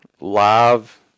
live